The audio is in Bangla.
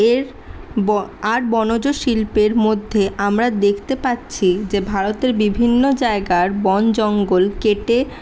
এর আর বনজ শিল্পের মধ্যে আমরা দেখতে পাচ্ছি যে ভারতের বিভিন্ন জায়গার বনজঙ্গল কেটে